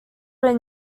were